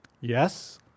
Yes